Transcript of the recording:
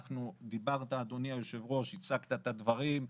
דיברת, אדוני היו"ר, הצגת את הדברים,